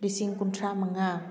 ꯂꯤꯁꯤꯡ ꯀꯨꯟꯊ꯭ꯔꯥ ꯃꯉꯥ